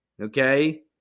Okay